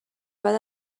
بعد